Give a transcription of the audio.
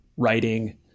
writing